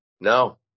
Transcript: No